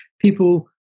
people